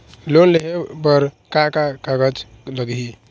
Loan लेहे बर का का कागज लगही?